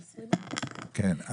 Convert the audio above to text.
כן,